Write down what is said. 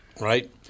right